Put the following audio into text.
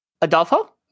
Adolfo